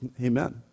Amen